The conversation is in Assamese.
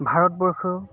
ভাৰতবৰ্ষ